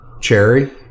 Cherry